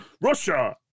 Russia